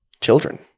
children